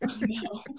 no